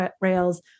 rails